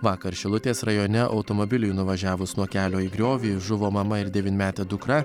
vakar šilutės rajone automobiliui nuvažiavus nuo kelio į griovį žuvo mama ir devynmetė dukra